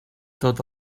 tot